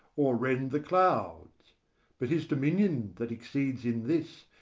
or rend the clouds but his dominion that exceeds in this,